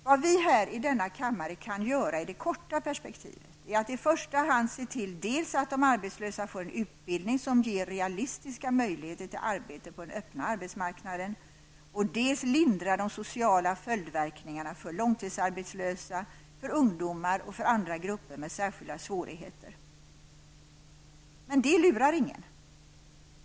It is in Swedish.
Vad vi här i denna kammare kan göra i det korta perspektivet är att i första hand dels se till att de arbetslösa får en utbildning som ger realistiska möjligheter till arbete på den öppna arbetsmarknaden, dels lindra de sociala följdverkningarna för långtidsarbetslösa, ungdomar och andra grupper med särskilda svårigheter. Men det lurar ingen.